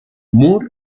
moore